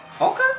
Okay